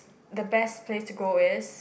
the best place to go is